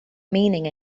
meaning